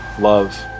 love